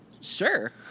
Sure